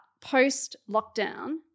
post-lockdown